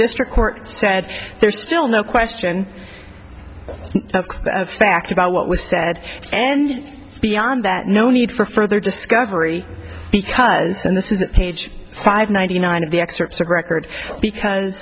district court said there's still no question of fact about what was said and beyond that no need for further discovery because this isn't page five ninety nine of the excerpts of record because